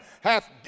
hath